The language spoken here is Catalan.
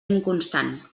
inconstant